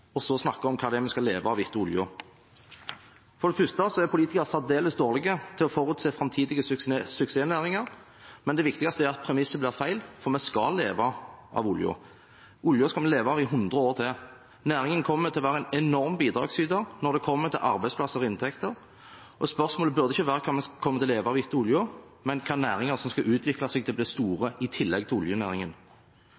og snakke om hva vi skal leve av etter oljen. For det første er politikere særdeles dårlige til å forutse framtidige suksessnæringer, men det viktigste er at premisset blir feil, for vi skal leve av oljen. Oljen skal vi leve av i 100 år til. Næringen kommer til å være en enorm bidragsyter når det gjelder arbeidsplasser og inntekter, og spørsmålet burde ikke være hva vi kommer til å leve av etter oljen, men hvilke næringer som skal utvikles til å bli store